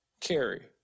carry